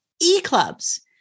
E-clubs